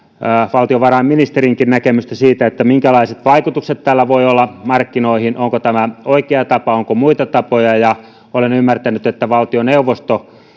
valtiovarainministerinkin näkemystä siitä minkälaiset vaikutukset tällä voi olla markkinoihin onko tämä oikea tapa onko muita tapoja olen ymmärtänyt että valtioneuvosto